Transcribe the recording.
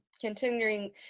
Continuing